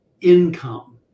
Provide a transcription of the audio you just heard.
income